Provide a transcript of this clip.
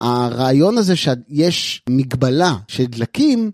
הרעיון הזה שיש מגבלה של דלקים.